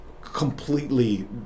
completely